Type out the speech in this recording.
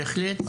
בהחלט,